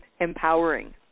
empowering